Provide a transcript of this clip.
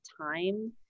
time